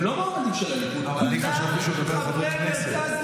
הם לא מועמדים של הליכוד, כולם חברי מרכז ליכוד.